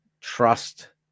trust